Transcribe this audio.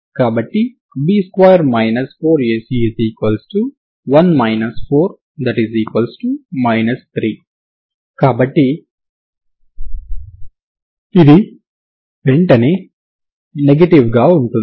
కాబట్టి B2 4AC1 4 3 కాబట్టి ఇది వెంటనే నెగెటివ్ గా ఉంటుంది